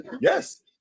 Yes